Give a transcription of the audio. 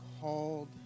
called